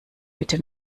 bitte